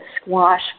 squash